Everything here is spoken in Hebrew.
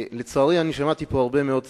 לצערי, שמעתי פה הרבה מאוד ססמאות,